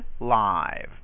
Live